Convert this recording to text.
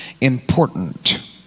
important